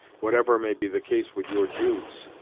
whatever may be the case with your jude's.